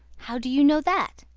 how do you know that?